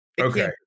Okay